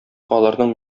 аларның